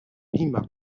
lima